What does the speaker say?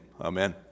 Amen